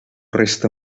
resta